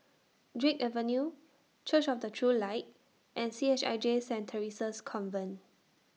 Drake Avenue Church of The True Light and C H I J Saint Theresa's Convent